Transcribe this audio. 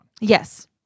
Yes